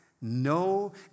no